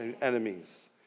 enemies